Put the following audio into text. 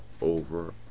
over